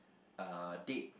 our date